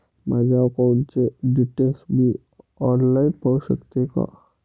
माझ्या अकाउंटचे डिटेल्स मी ऑनलाईन पाहू शकतो का?